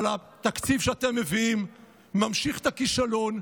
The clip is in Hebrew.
אבל התקציב שאתם מביאים ממשיך את הכישלון,